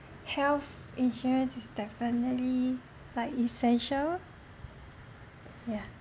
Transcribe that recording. health insurance is definitely like essential yeah